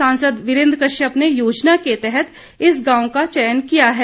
सांसद वीरेन्द्र कश्यप ने योजना के तहत इस गांव का चयन किया है